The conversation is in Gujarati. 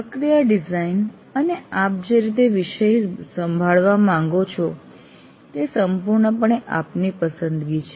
પ્રક્રિયા ડિઝાઇન અને આપ જે રીતે વિષય સંભાળવા માંગો છો તે સંપૂર્ણપણે આપની પસંદગી છે